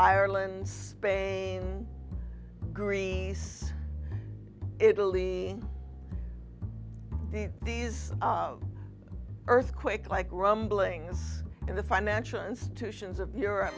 ireland spain greece italy these earthquake like rumblings in the financial institutions of europe